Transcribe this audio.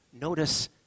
notice